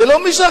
זה לא משכנע.